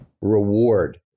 reward